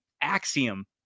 Axiom